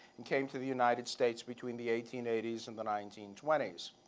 and came to the united states between the eighteen eighty s and the nineteen twenty s.